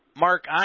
Mark